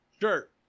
Sure